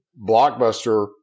Blockbuster